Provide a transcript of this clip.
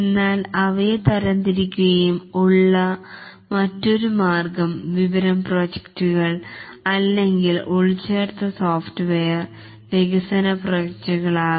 എന്നാൽ അവയെ തരംതിരിക്കുകയും ഉള്ള മറ്റൊരു മാർഗ്ഗം ഇൻഫോർമേഷൻ സിസ്റ്റം പ്രൊജക്റ്റുകൾ അല്ലെങ്കിൽ എംബെഡ്ഡ്ഡ് സോഫ്റ്റ്വെയർ വികസന പ്രോജക്റ്റുകൾ ആകാം